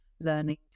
learning